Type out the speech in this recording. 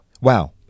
Wow